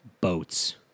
Boats